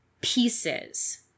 pieces